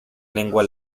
lengua